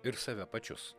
ir save pačius